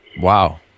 Wow